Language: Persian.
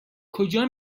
کجا